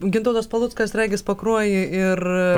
gintautas paluckas regis pakruojį ir